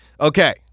Okay